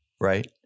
Right